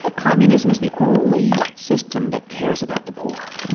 ah communism is the only system that cares about the poor.